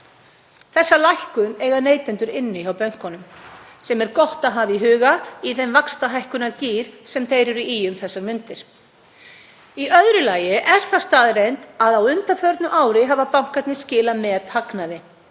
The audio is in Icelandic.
Þessa lækkun eiga neytendur enn inni hjá bönkunum, sem er gott að hafa í huga í þeim vaxtahækkunargír sem þeir eru í um þessar mundir. Í öðru lagi er það staðreynd að á undanförnu ári hafa bankarnir skilað methagnaði.